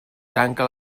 tanca